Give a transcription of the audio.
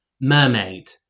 Mermaid